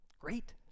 Great